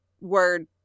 word